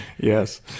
Yes